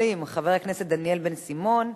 וחוזרת לוועדת הכלכלה להכנתה לקריאה שנייה ושלישית.